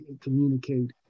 communicate